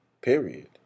period